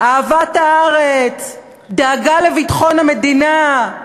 אהבת הארץ, דאגה לביטחון המדינה,